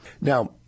Now